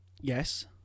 Yes